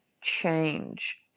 change